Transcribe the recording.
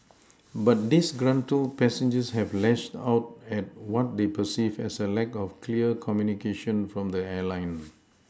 but disgruntled passengers have lashed out at what they perceived as a lack of clear communication from the airline